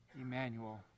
Emmanuel